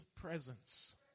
presence